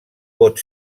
pot